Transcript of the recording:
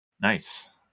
Nice